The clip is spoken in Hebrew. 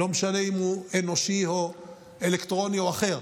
לא משנה אם הוא אנושי או אלקטרוני או אחר.